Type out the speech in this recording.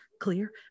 clear